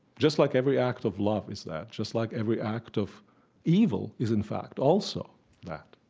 just like every act of love is that, just like every act of evil is, in fact, also that